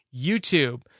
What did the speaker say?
YouTube